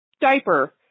diaper